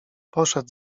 poszedł